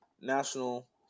national